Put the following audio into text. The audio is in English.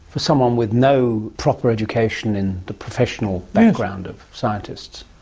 for someone with no proper education in the professional background of scientists.